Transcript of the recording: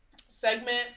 segment